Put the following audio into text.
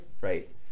Right